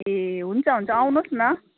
ए हुन्छ हुन्छ आउनुहोस् न